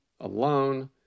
alone